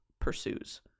pursues